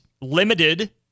limited